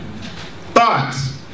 Thoughts